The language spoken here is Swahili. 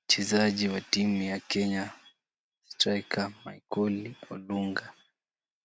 Wachezaji wa timu ya Kenya, striker Michael Odunga